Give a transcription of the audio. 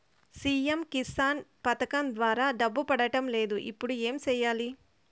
CM Kisan పథకం ద్వారా డబ్బు పడడం లేదు ఇప్పుడు ఏమి సేయాలి